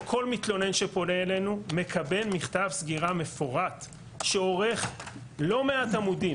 או כל מתלונן שפונה אלינו מקבל מכתב סקירה מפורט שאורך לא מעט עמודים.